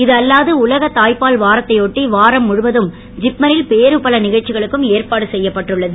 இது அல்லாது உலக தாய்பால் வாரத்தையொட்டி வாரம் முழுவதும் ஜிப்மரில் வேறுபல நிகழ்ச்சிகளுக்கும் ஏற்பாடு செய்யப்பட்டுள்ளது